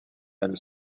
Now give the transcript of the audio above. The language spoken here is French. elle